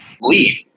leave